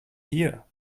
here